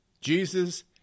Jesus